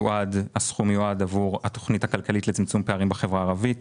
הסכום מיועד עבור התוכנית הכלכלית לצמצום פערים בחברה הערבית,